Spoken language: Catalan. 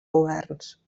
governs